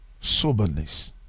soberness